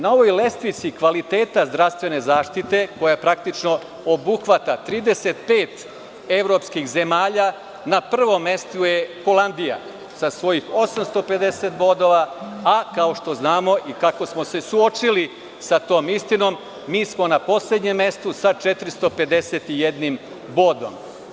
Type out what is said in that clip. Na ovoj lestvici kvaliteta zdravstvene zaštite, koja praktično obuhvata 35 evropskih zemalja, na prvom mestu je Holandija sa svojih 850 bodova, a kao što znamo i kako smo se suočili sa tom istinom, mi smo na poslednjem mestu sa 451 bodom.